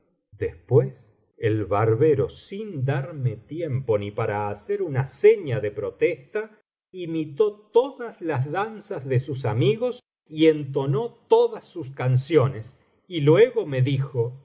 después el barbero sin darme tiempo ni para hacer una seña de protesta imitó todas las danzas de sus amigos y entonó todas sus canciones y luego me dijo